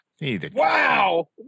Wow